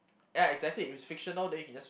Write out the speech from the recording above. yeah exactly if it's fictional then you can just